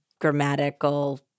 grammatical